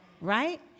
right